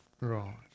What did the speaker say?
Right